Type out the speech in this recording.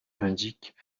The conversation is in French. indiquent